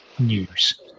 news